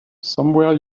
somewhere